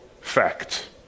fact